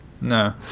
No